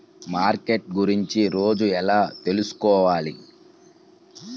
Market గురించి రోజు ఎలా తెలుసుకోవాలి?